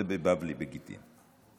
זה בבבלי, בגיטין.